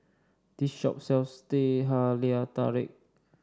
this shop sells Teh Halia Tarik